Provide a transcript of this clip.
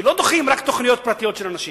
כי לא דוחים רק תוכניות פרטיות של אנשים.